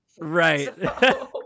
Right